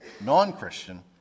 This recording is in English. non-Christian